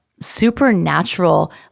Supernatural